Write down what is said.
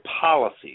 policies